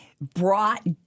brought